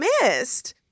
missed